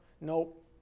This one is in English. Nope